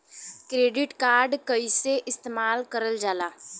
Credit card कईसे इस्तेमाल करल जाला?